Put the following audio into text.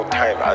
time